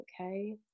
Okay